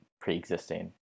pre-existing